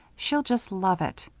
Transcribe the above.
she'll just love it.